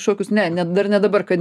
šokius ne ne dar ne dabar kad